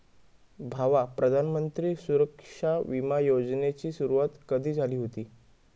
भावा, प्रधानमंत्री सुरक्षा बिमा योजनेची सुरुवात कधी झाली हुती